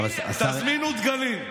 תזמינו דגלים.